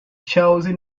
chelsea